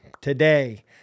Today